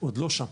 עוד לא שם.